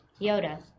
Yoda